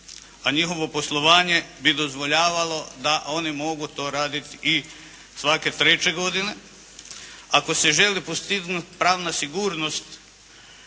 a njihovo poslovanje bi dozvoljavalo da oni mogu to raditi i svake treće godine. Ako se želi postignuti pravna sigurnosti